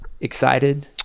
excited